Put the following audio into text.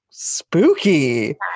spooky